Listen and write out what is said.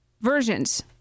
versions